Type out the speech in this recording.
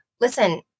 Listen